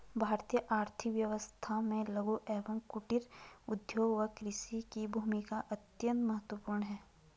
भारतीय आर्थिक व्यवस्था में लघु एवं कुटीर उद्योग व कृषि की भूमिका अत्यंत महत्वपूर्ण है